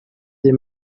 des